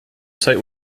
site